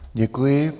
Děkuji.